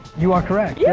you are correct. yeah